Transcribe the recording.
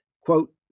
Quote